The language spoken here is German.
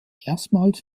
erstmals